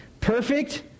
perfect